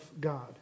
God